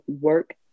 Work